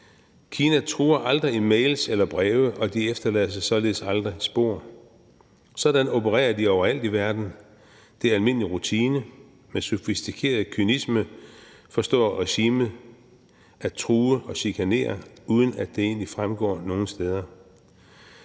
Kina truer aldrig i mails eller breve, og de efterlader sig således aldrig spor. Sådan opererer de overalt i verden. Det er almindelig rutine. Med sofistikeret kynisme forstår regimet at true og chikanere, uden at det egentlig fremgår nogen steder.